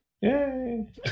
Yay